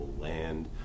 land